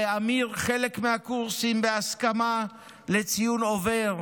להמיר חלק מהקורסים בהסכמה לציון עובר,